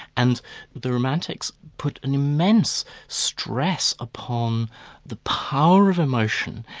and the romantics put an immense stress upon the power of emotion,